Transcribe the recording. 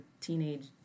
teenage